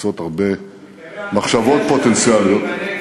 לעשות הרבה מחשבות פוטנציאליות,